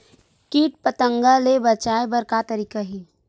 कीट पंतगा ले बचाय बर का तरीका हे?